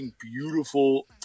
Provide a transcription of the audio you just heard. beautiful